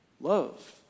love